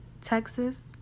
Texas